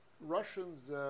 Russians